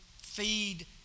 feed